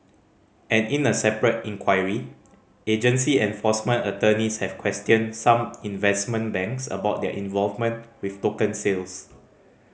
and in a separate inquiry agency enforcement attorneys have questioned some investment banks about their involvement with token sales